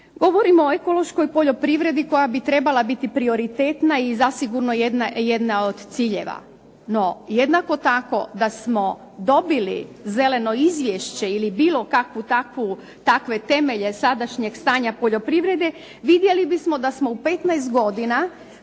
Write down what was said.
Govorimo o ekološkoj poljoprivredi koja bi trebala biti prioritetna i zasigurno jedna od ciljeva. No jednako tako da smo dobili zeleno izvješće ili bilo kakvu takvu, takve temelje sadašnjeg stanja poljoprivrede, vidjeli bismo da smo u 15 godina